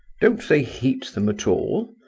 don't they heat them at all?